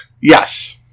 Yes